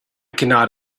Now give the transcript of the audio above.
cannot